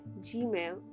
Gmail